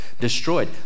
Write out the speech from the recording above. destroyed